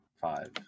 five